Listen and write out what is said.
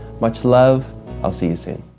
much love i'll see you soon.